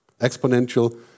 Exponential